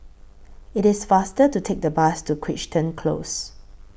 IT IS faster to Take The Bus to Crichton Close